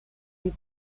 die